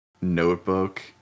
notebook